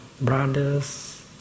brothers